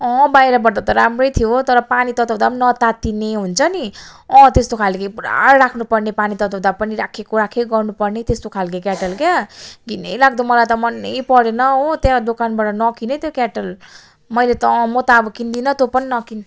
अँ बाहिरबाट त राम्रै थियो तर पानी तताउँदा पनि नतातिने हुन्छ नि अँ त्यस्तो खालको पुरा राख्नु पर्ने पानी तताउँदा पनि राखेको राखेकै गर्नु पर्ने त्यस्तो खालको केटल क्या घिनैलाग्दो मलाई त मनै परेन हो त्यहाँ दोकानबाट नकिन् है त्यो केटल मैले त अँ म त अब किन्दिनँ तँ पनि नकिन्